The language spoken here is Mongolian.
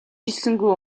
хэлсэнгүй